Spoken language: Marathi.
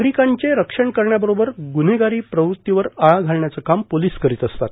नागरिकांचे रक्षण करण्याबरोबर गुव्हेगारी प्रवृत्तीवर आळा घालण्याचं काम पोलीस करीत असतात